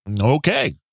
Okay